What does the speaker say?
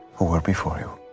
who were before you.